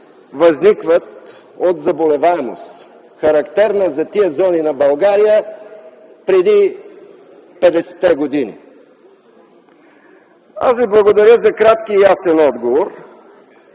възникват от заболеваемост, характерна за тези зони на България преди 50-те години. Аз Ви благодаря за краткия и ясен отговор.